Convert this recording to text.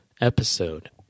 episode